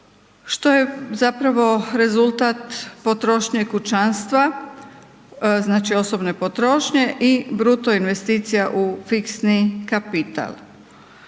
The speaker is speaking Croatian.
što je zapravo rezultat potrošnje kućanstva, znači osobne potrošnje i bruto investicija u fiksni kapital.